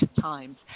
times